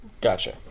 gotcha